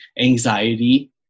anxiety